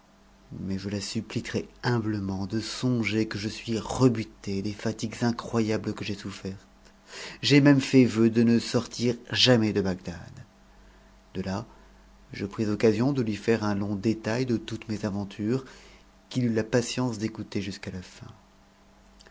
mais je la supplie très humblement de sot que je suis rebuté des fatigues incroyables que j'ai souffertes j'ai même fait vœu de ne jamais sortir de bagdad de là je pris occasion de lui air un long détail de toutes mes aventures qu'il eut la patience d'écouter jusqu'à la fin